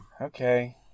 Okay